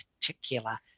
particular